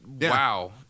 wow